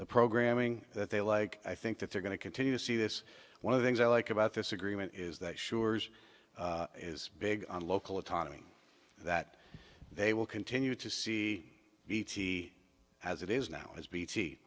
the programming that they like i think that they're going to continue to see this one of the things i like about this agreement is that sures is big on local autonomy that they will continue to see bt as it is now as b